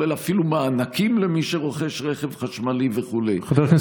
אפילו כולל מענקים למי שרוכש רכב חשמלי וכו'.